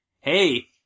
hey